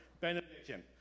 Benediction